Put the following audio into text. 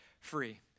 free